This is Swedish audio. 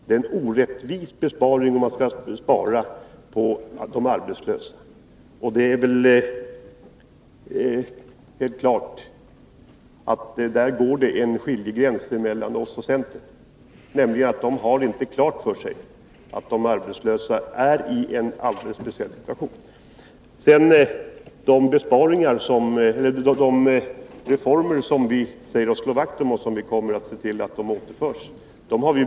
Det är en orättvis besparing att spara på de arbetslösas bekostnad. Det är helt klart att där går en skiljegräns mellan oss och centern. De har inte klart för sig att de arbetslösa är i en alldeles speciell situation. Vi har mycket tydligt och klart deklarerat vilka reformer vi slår vakt om och kommer att återinföra.